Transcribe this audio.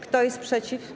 Kto jest przeciw?